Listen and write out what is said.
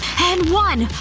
and one!